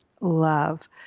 love